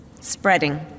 spreading